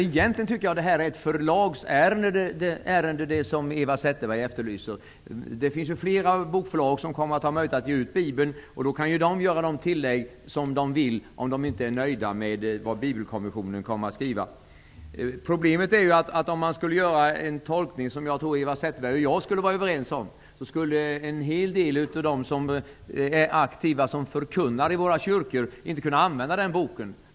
Egentligen tycker jag att det som Eva Zetterberg efterlyser är ett förlagsärende. Det finns flera bokförlag som kommer att ha möjlighet att ge ut Biblen. Förlagen kan då göra tillägg om de inte är nöjda med vad Bibelkommissionen kommer att skriva. Problemet är att om man skulle göra en tolkning som jag tror att Eva Zetterberg och jag är överens om, skulle en hel del av de människor som är aktiva som förkunnare i våra kyrkor inte kunna använda den boken.